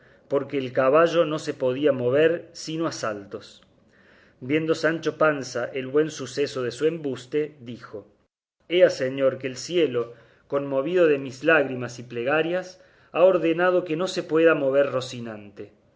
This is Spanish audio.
porque el caballo no se podía mover sino a saltos viendo sancho panza el buen suceso de su embuste dijo ea señor que el cielo conmovido de mis lágrimas y plegarias ha ordenado que no se pueda mover rocinante